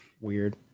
Weird